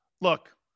Look